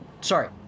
Sorry